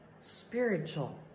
spiritual